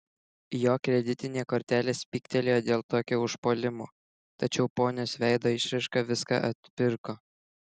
jo kreditinė kortelė spygtelėjo dėl tokio užpuolimo tačiau ponios veido išraiška viską atpirko